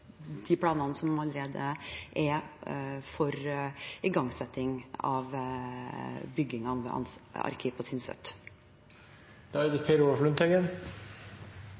de planene som allerede er for igangsetting av bygging av arkiv på